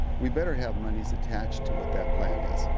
we better have monies attached to what that plan is.